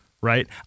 right